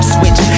Switch